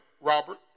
Robert